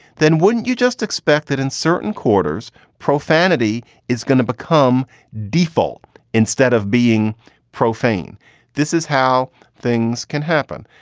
then wouldn't you just expect that in certain quarters profanity is going to become default instead of being profane? this is how things can happen.